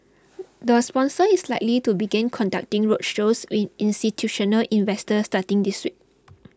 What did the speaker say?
the sponsor is likely to begin conducting roadshows with institutional investor starting this week